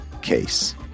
case